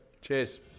cheers